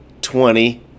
Twenty